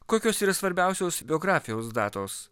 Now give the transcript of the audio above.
kokios yra svarbiausios biografijos datos